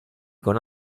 con